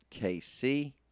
kc